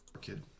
kid